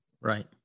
Right